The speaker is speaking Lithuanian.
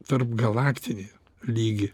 tarpgalaktinį lygį